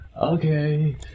Okay